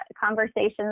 conversations